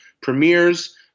premieres